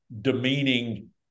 demeaning